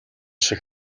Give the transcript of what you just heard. шиг